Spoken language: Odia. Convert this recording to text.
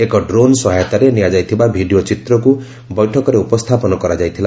ଏକ ଡ୍ରୋନ୍ ସହାୟତାରେ ନିଆଯାଇଥିବା ଭିଡ଼ିଓ ଚିତ୍ରକୁ ବୈଠକରେ ଉପସ୍ଥାପନ କରାଯାଇଥିଲା